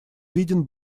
виден